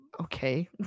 Okay